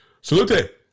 Salute